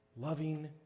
loving